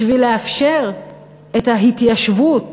בשביל לאפשר את ההתיישבות,